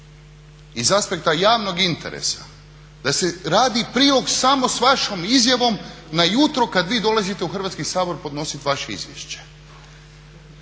iz aspekta javnog interesa da se radi prilog samo s vašom izjavom na jutro kad vi dolazite u Hrvatski sabor podnositi vaše izvješće?